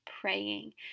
praying